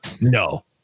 No